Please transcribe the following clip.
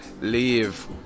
leave